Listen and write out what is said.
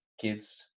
kids